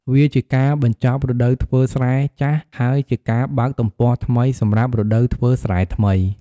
វាជាការបញ្ចប់រដូវធ្វើស្រែចាស់ ហើយជាការបើកទំព័រថ្មីសម្រាប់រដូវធ្វើស្រែថ្មី។